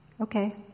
Okay